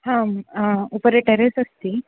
हां उपरि टेरेस् अस्ति